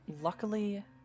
luckily